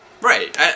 Right